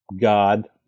God